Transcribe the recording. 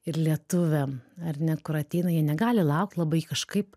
ir lietuviam ar ne kur ateina jie negali laukt labai kažkaip